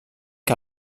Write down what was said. que